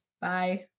Bye